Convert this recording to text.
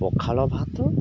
ପଖାଳ ଭାତ